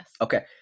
Okay